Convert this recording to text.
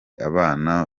abana